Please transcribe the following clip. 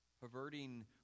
Perverting